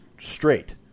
straight